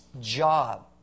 job